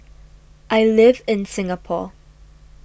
I live in Singapore